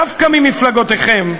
דווקא ממפלגותיכם,